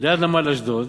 ליד נמל אשדוד.